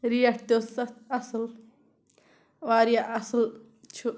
rate تہِ ٲسٕس اَتھ اَصٕل واریاہ اَصٕل چھُ